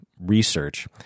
research